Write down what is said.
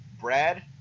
Brad